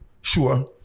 sure